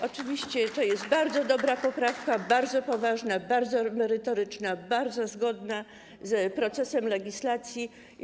Oczywiście to jest bardzo dobra poprawka, bardzo poważna, bardzo merytoryczna, bardzo zgodna z procesem legislacyjnym.